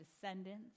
descendants